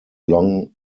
long